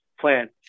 plan